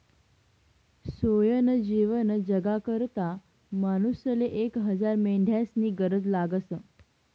सोयनं जीवन जगाकरता मानूसले एक हजार मेंढ्यास्नी गरज लागस